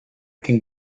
can